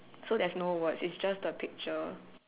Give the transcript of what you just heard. so there's no words it's just the picture